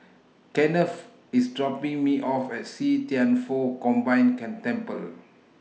Kennth IS dropping Me off At See Thian Foh Combined Tan Temple